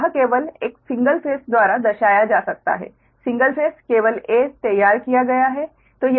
तो यह केवल एक सिंगल फेस द्वारा दर्शाया जा सकता है सिंगल केवल फेस 'a' तैयार किया गया है